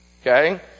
Okay